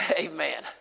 Amen